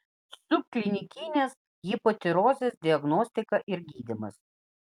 subklinikinės hipotirozės diagnostika ir gydymas